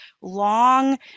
long